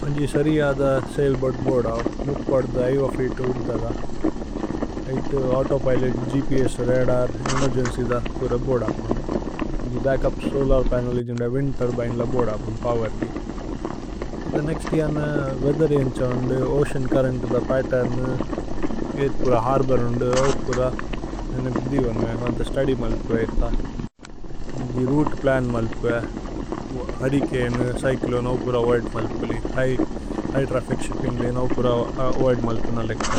മന്ജി സരിയധ സൈല്ബോഅര്ദ് ബോഅര്ദ മുപ്പധ। ഏവ ഫീതു ഉദ്ധദ ഏഇത്തു ഔതോപിലോത്, ഗ്പ്സ്, രദര്। ഏമേര്ഗേന്ച്യ്ദ പൂര ബോഅര്ദ അപ്നു മന്ജി ബച്കുപ്। സോലര് പനേലി ജിന്ദ വിന്ദ് തുര്ബിനേ ല ബോഅര്ദ। അപ്നു പോവേര് ഗി മക നേക്സ്ത് യന വേഅഥേര് യന്ഛ। വന്ദു ഓചേഅന് ചുര്രേന്ത് ദ പത്തേര്ന് ഈഥു പൂര। ഹര്ബോഉര് വന്ദു ഓവു പൂര നേനേപ് ദി വന്വേ। വന്ഥ സ്തുദ്യ് മല്പു ഏഇഥ മന്ജി രോഉതേ പ്ലന്। മല്പു ഏ ഹുര്രിചനേ ച്യ്ച്ലോ ന ഓവു പൂര അവോഇദ്। മല്പു ലി ഹിഘ് ഹിഘ് ത്രഫ്ഫിച് ശിപ്പിന്ഗ് ലി ന। ഓവു പൂര അവോഇദ് മല്പു ന ലേക്ക।